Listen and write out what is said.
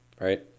right